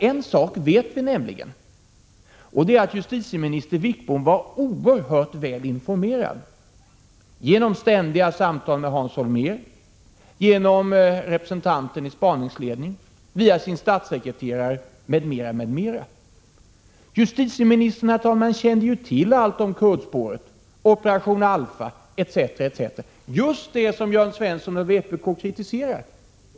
En sak vet vi, nämligen att justitieminister Wickbom var oerhört väl informerad — genom ständiga samtal med Hans Holmér, genom representation i spaningsledningen, via sin statssekreterare m.m.m. m. Justitieministern kände till allt om kurdspåret, operation Alfa etc. etc., just det som Jörn Svensson och vpk kritiserar.